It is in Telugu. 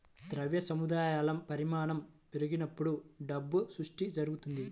ద్రవ్య సముదాయాల పరిమాణం పెరిగినప్పుడు డబ్బు సృష్టి జరుగుతది